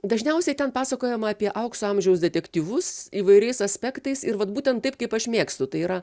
dažniausiai ten pasakojama apie aukso amžiaus detektyvus įvairiais aspektais ir vat būtent taip kaip aš mėgstu tai yra